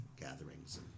gatherings